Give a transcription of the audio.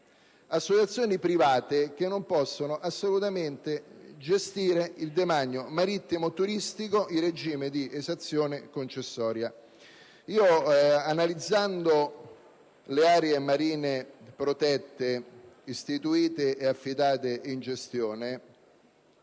associazioni private, che non possono assolutamente gestire il demanio marittimo turistico in regime di esenzione concessoria). Analizzando le aree marine protette istituite e affidate in gestione,